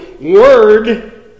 Word